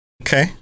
Okay